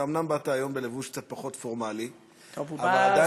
אתה אומנם באת היום בלבוש קצת פחות פורמלי, עלית